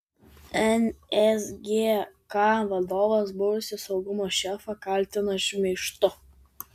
nsgk vadovas buvusį saugumo šefą kaltina šmeižtu